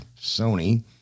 sony